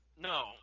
No